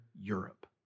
Europe